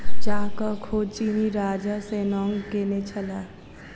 चाहक खोज चीनी राजा शेन्नॉन्ग केने छलाह